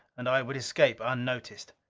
and i would escape unnoticed.